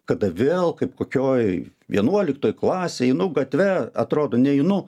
kada vėl kaip kokioj vienuoliktoj klasėj einu gatve atrodo neinu